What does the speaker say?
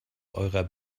eurer